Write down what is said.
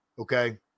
okay